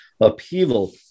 upheaval